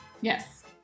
Yes